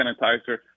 sanitizer